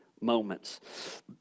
moments